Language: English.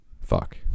Fuck